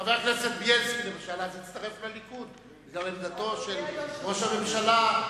חבר הכנסת בילסקי למשל הצטרף אז לליכוד בגלל עמדתו של ראש הממשלה.